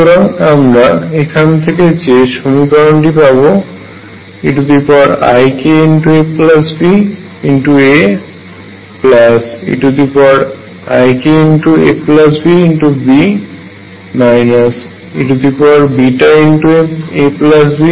সুতরাং আমরা এখান থেকে যে সমীকরণটি পাব eikabAeikabB eabC e βabD0